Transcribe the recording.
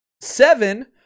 Seven